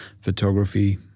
photography